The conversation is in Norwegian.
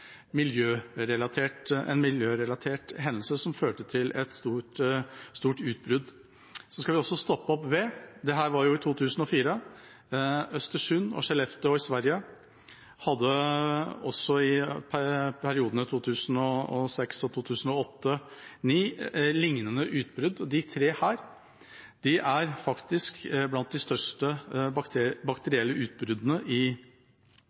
miljørelatert hendelse som førte til et stort utbrudd – dette var i 2004. Vi skal også stoppe opp ved Östersund og Skellefteå i Sverige, som i 2006 og i 2008–2009 hadde lignende utbrudd. Disse tre er faktisk blant de største bakterielle utbruddene i